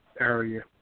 area